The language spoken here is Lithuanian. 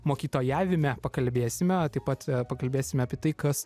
mokytojavime pakalbėsime o taip pat pakalbėsime apie tai kas